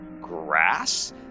grass